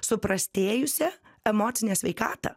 suprastėjusią emocinę sveikatą